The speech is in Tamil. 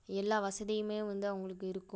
எல்லா வசதியுமே வந்து அவங்களுக்கு இருக்கும்